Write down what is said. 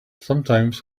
sometimes